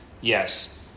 Yes